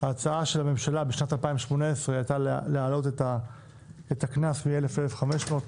ההצעה של הממשלה בשנת 2018 הייתה להעלות את הקנס מ-1,000 ל-1,500 שקלים.